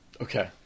Okay